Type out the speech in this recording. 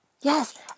Yes